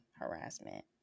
harassment